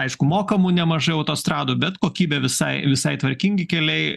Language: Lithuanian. aišku mokamų nemažai autostradų bet kokybė visai visai tvarkingi keliai